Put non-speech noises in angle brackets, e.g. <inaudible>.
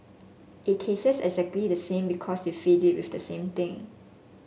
it <unintelligible> exactly the same because you feed it with the same thing